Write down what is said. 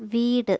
വീട്